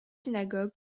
synagogues